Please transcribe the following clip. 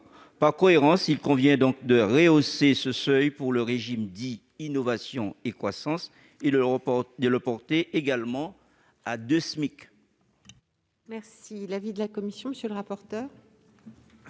Par cohérence, il convient donc de rehausser ce seuil pour le régime dit « innovation et croissance » et de le porter également à 2 SMIC. Quel est l'avis de la commission ? Alors qu'il existe